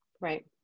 Right